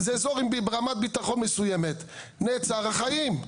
זה אזור עם רמת ביטחון מסוימת, נעצר החיים.